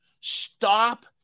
Stop